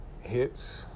hits